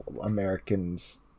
Americans